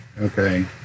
okay